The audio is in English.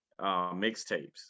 mixtapes